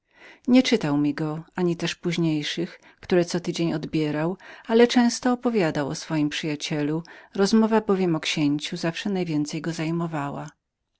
nie czytał mi go ani też późniejszych które odtąd odbierał ale często mawiał o swoim przyjacielu ta bowiem rozmowa najwięcej go zajmowała